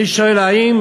אני שואל האם